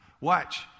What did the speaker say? Watch